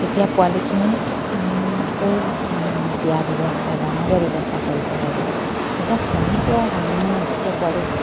তেতিয়া পোৱালিখিনি আকৌ ইমান দিয়া ব্যৱস্থা দানা দিয়া ব্যৱস্থা কৰিব লাগিব যেতিয়া কণী পৰাৰ সময়ত যেতিয়া পোৱালি